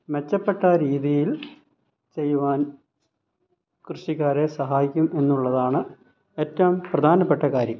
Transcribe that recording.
മെച്ചപ്പെട്ട രീതിയിൽ ചെയ്യുവാൻ കൃഷിക്കാരെ സഹായിക്കും എന്നുള്ളതാണ് ഏറ്റവും പ്രധാനപ്പെട്ട കാര്യം